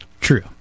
true